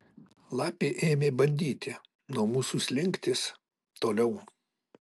lapė ėmė bandyti nuo mūsų slinktis toliau